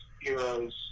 heroes